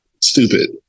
Stupid